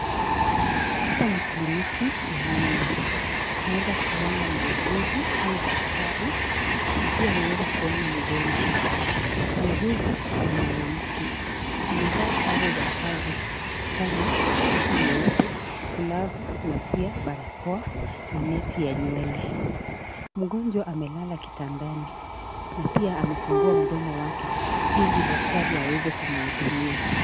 Hapa ni kliniki ya meno. Naweza kuona muuguzi au daktari na pia, naweza kuona mgonjwa. Muuguzi ni mwanamke. Amevaa sare za kazi kama: koti nyeupe, glavu na pia, barakoa na neti ya nywele. Mgonjwa amelala kitandani na pia amefungua mdomo wake, ili daktari aweze kumhudumia.